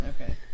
okay